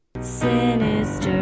sinister